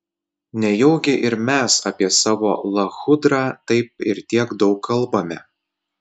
nejaugi ir mes apie savo lachudrą taip ir tiek daug kalbame